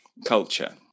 Culture